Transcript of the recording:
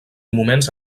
moments